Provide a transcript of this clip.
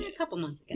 ah couple months and